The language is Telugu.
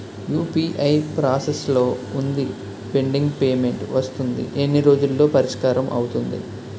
యు.పి.ఐ ప్రాసెస్ లో వుందిపెండింగ్ పే మెంట్ వస్తుంది ఎన్ని రోజుల్లో పరిష్కారం అవుతుంది